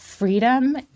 freedom